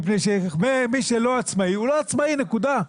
מי שלא עצמאי הוא לא עצמאי, נקודה.